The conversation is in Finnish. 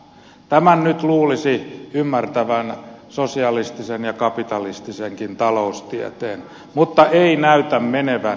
tämän nyt luulisi ymmärtävän sosialistisen ja kapitalistisenkin taloustieteen mutta ei näytä menevän perille